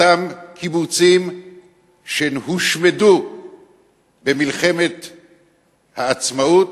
אותם קיבוצים שהושמדו במלחמת העצמאות,